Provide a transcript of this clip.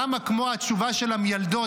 למה כמו התשובה של המיילדות,